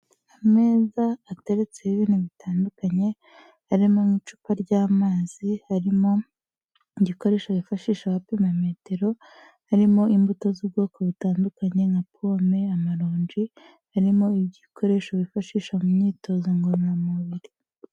Ameza ateretse ibintu bitandukanye harimo nk'icupa ry'amazi, harimo igikoresho hifashisha bapima metero, harimo imbuto z'ubwoko butandukanye nka pome, amaronji, harimo ibikoresho bifashisha mu myitozo ngororamubiri.